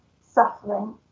suffering